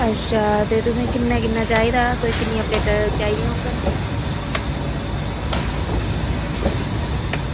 अच्छा तुसें किन्ना किन्ना चाहिदा तुसें किन्नियां प्लेटां चाही दियां होङन